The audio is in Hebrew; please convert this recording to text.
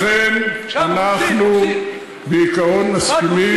לכן אנחנו בעיקרון מסכימים.